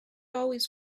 always